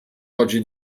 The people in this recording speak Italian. oggi